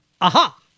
aha